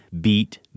beat